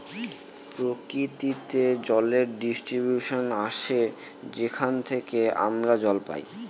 প্রকৃতিতে জলের ডিস্ট্রিবিউশন আসে যেখান থেকে আমরা জল পাই